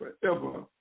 forever